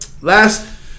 last